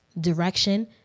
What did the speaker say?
direction